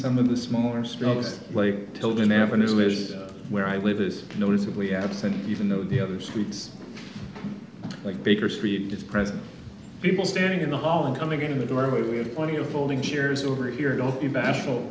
some of the smaller struggles like tilden avenue is where i live is noticeably absent even though the other suites like baker street just present people standing in the hall and coming in the door we have plenty of folding chairs over here don't be bashful